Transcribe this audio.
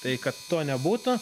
tai kad to nebūtų